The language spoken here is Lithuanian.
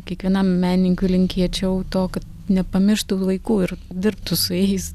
kiekvienam menininkui linkėčiau to kad nepamirštų vaikų ir dirbtų su jais